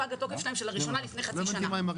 פג לפני חצי שנה,